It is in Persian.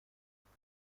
باید